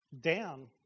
down